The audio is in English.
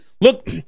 look